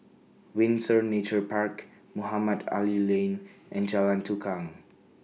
Windsor Nature Park Mohamed Ali Lane and Jalan Tukang